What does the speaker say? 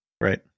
Right